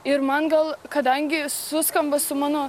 ir man gal kadangi suskamba su mano